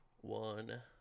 one